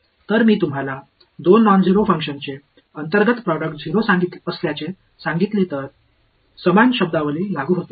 जर मी तुम्हाला दोन नॉन झेरो फंक्शन्सचे अंतर्गत प्रोडक्ट 0 असल्याचे सांगितले तर समान शब्दावली लागू होते